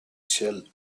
shell